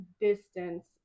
distance